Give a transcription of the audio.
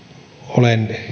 olen